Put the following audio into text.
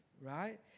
right